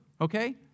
okay